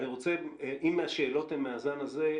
אם השאלות הן מהזן הזה,